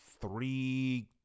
three